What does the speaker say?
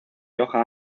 hoja